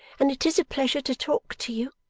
and it is a pleasure to talk to you.